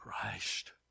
Christ